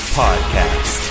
podcast